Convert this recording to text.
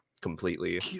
completely